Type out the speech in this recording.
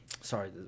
sorry